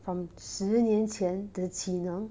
from 十年前你只能